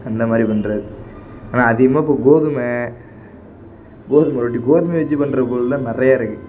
அந்த மாதிரி பண்ணுறது ஆனால் அதிகமாக இப்போ கோதுமை கோதுமை ரொட்டி கோதுமையை வச்சி பண்ணுற பொருள் தான் நிறையா இருக்குது